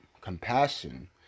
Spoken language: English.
Compassion